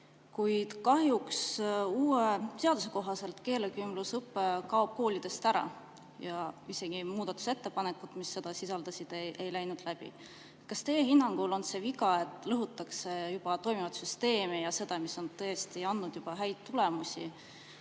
Kuid kahjuks uue seaduse kohaselt keelekümblusõpe kaob koolides ära ja isegi muudatusettepanekud, mis seda sisaldasid, ei läinud läbi. Kas teie hinnangul on see viga, et lõhutakse juba toimivat süsteemi ja seda, mis on tõesti andnud häid tulemusi?